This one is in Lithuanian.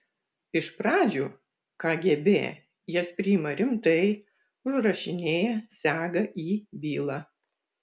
iš pradžių kgb jas priima rimtai užrašinėja sega į bylą